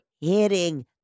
hitting